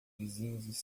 vizinhos